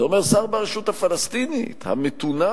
זה אומר שר ברשות הפלסטינית המתונה,